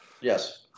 Yes